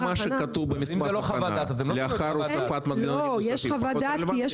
האם מה שכתוב במסמך ההכנה לאחר הוספת מנגנונים נוספים פחות רלוונטי?